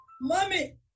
Mommy